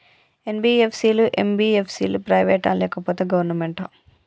NBFC లు, MBFC లు private ఆ లేకపోతే గవర్నమెంటా?